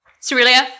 Cerulea